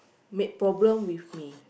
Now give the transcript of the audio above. made problem with me